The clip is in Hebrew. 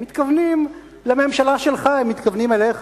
הם מתכוונים לממשלה שלך, הם מתכוונים אליך.